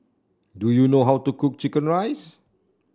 do you know how to cook chicken rice